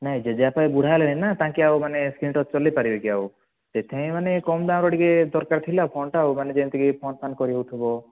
ନାଇଁ ଜେଜେବାପା ଏବେ ବୁଢା ହେଲେଣି ନା ତାଙ୍କେ ଆଉ ମାନେ ସ୍କ୍ରିନ୍ ଟଚ୍ ଚଲାଇପାରିବେ କି ଆଉ ସେଥିପାଇଁ ମାନେ କମ୍ ଦାମ୍ର ଟିକିଏ ଦରକାର ଥିଲା ଆଉ ଫୋନ୍ଟା ଆଉ ଯେମିତି କି ଫୋନ୍ ଫାନ୍ କରିହେଉଥିବ